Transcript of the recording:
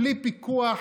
בלי פיקוח,